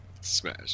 smash